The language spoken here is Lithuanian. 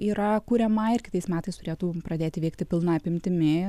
yra kuriama ir kitais metais turėtų pradėti veikti pilna apimtimi